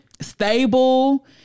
stable